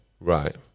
right